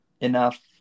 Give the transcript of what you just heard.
enough